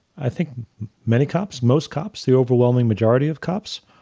i think many cops, most cops, the overwhelming majority of cops,